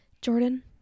Jordan